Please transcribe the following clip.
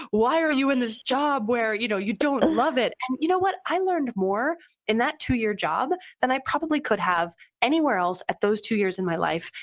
why are you in this job where you know you don't love it. and you know what? i learned more in that two year job than i probably could have anywhere else at those two years in my life.